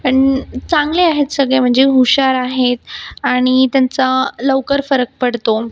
पण चांगले आहेत सगळे म्हणजे हुशार आहेत आणि त्यांचा लवकर फरक पडतो